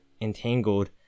entangled